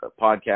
podcast